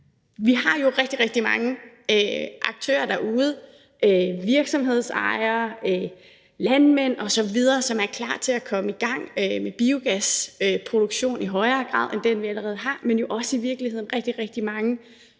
Vi har jo rigtig, rigtig mange aktører derude: virksomhedsejere, landmænd osv., som er klar til at komme i gang med biogasproduktion i større grad end den, vi allerede har, men jo i virkeligheden også